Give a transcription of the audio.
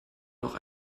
noch